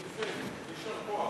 נסים, יישר כוח.